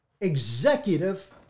executive